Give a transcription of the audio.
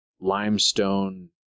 limestone